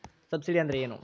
Subsidy ಅಂದ್ರೆ ಏನು?